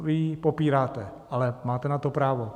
Vy ji popíráte, ale máte na to právo.